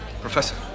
Professor